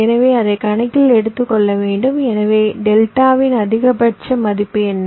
எனவே அதை கணக்கில் எடுத்துக்கொள்ள வேண்டும் எனவே டெல்டாவின் அதிகபட்ச மதிப்பு என்ன